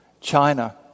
China